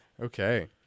Okay